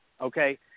Okay